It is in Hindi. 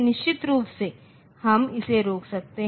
निश्चित रूप से हम इसे रोक सकते हैं